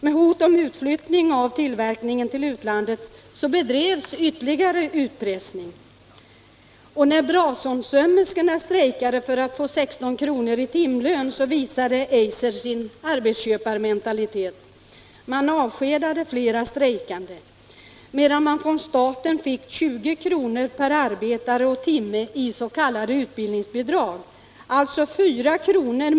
Med hot om utflyttning av tillverkningen till utlandet bedrevs ytterligare utpressning. När Brasonsömmerskorna strejkade för att få 16 kr. i timlön visade Eiser sin arbetsköparmentalitet. Man avskedade flera strejkande samtidigt som man från staten fick 20 kr. per arbetare och timme i utbildningsbidrag, alltså 4 kr.